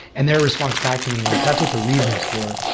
and their response back to me was, that's what the readme is for.